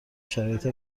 شرایط